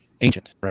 ancient